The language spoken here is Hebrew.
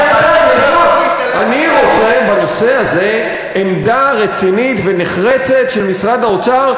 אני רוצה בנושא הזה עמדה רצינית ונחרצת של משרד האוצר,